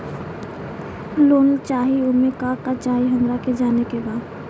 Loan चाही उमे का का चाही हमरा के जाने के बा?